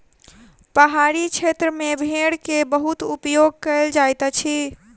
पहाड़ी क्षेत्र में भेड़ के बहुत उपयोग कयल जाइत अछि